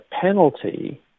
penalty